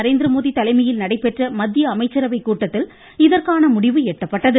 நரேந்திரமோடி தலைமையில் நடைபெற்ற மத்திய அமைச்சரவை கூட்டத்தில் இதற்கான முடிவு எட்டப்பட்டது